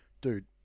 dude